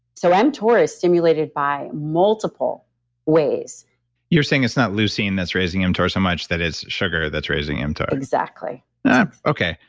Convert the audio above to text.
so, mtor is stimulated by multiple ways you're saying it's not leucine that's raising mtor so much that it's sugar that's raising mtor? exactly okay.